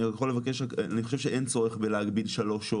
אני חושב שאין צורך להגביל שלוש,